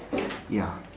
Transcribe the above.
ya